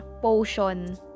potion